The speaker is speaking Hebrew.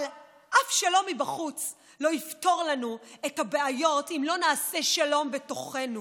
אבל אף שלום מבחוץ לא יפתור לנו את הבעיות אם לא נעשה שלום בתוכנו,